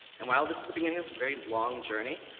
and while this is the beginning of a very long journey,